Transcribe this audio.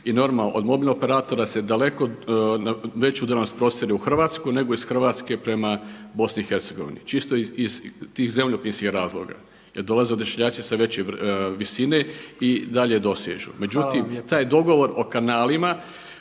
i normalno od mobilnog operatora se daleko na veću udaljenost prostire u Hrvatskoj nego iz Hrvatske prema BiH čisto iz tih zemljopisnih razloga jer dolaze odašiljači sa veće visine i dalje dosežu. Međutim, taj dogovor o kanalima,